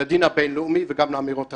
לדין הבינלאומי וגם לאמירות השב"כ: